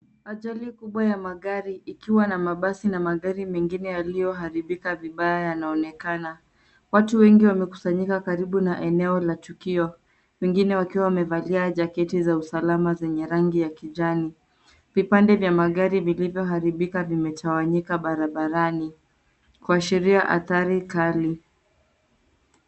Ajali kubwa ya magari ikiwa na mabasi na magari mengine yaliyoharibika vibaya yanaonekana. Watu wengi wamekusanyika karibu na eneo la tukio, wengine wakiwa wamevalia (cs)jaketi(cs) za usalama za rangi ya kijani. Vipande vya magari vilivyoharibika vimetawanyika barabarani. Kuwashiria adhari kali.